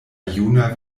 juna